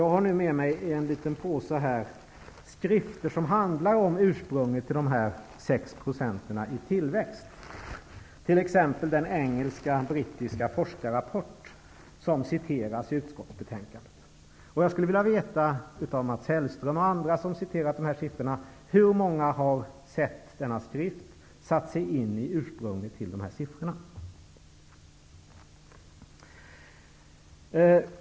Jag har med mig en påse med skrifter som handlar om ursprunget till dessa 6 % i tillväxt. Det är t.ex. en brittisk forskarrapport som citeras i utskottets betänkande. Jag skulle vilja veta, Mats Hellström och ni andra som återgett de här siffrorna, hur många som har sett den skrift jag har här och som satt sig in fakta om ursprunget till dessa siffror.